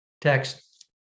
Text